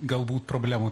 galbūt problemų